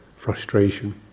frustration